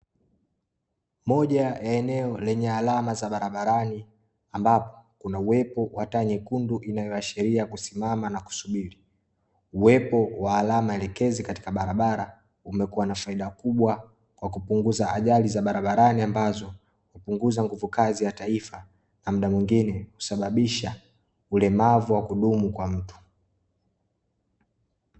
Moja ya eneo lenye alama za barabarani ambapo kuna uwepo wa taa nyekundu inayoashiria kusimama na kusubiri. Uwepo wa alama elekezi katika barabara umekuwa na faida kubwa kwa kupunguza ajali za barabarani ambazo hupunguza nguvu kazi ya taifa na muda mwingine husababisha ulemavu wa kudumu kwa mtu.